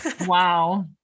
Wow